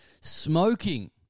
smoking